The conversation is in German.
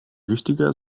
wichtiger